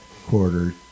quarter